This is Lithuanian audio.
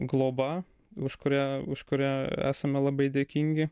globa už kurią už kurią esame labai dėkingi